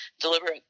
deliberate